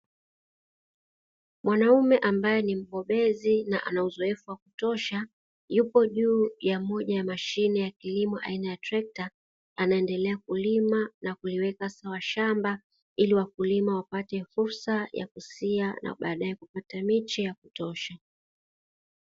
Mwanaume ambae ni mbobezi na anauzoefu wakutosha yupo juu ya moja ya mashine aina ya trekta, anaendelea kulima na kuliweka sawa shamba. Ili wakulima wapate fursa ya kusia na baadae kupata miche ya kutosha.